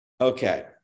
Okay